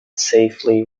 safely